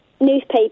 newspaper